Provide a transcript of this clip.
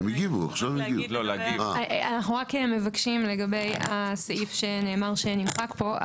אנחנו רק מבקשים לגבי הסעיף שנאמר שנמחק פה,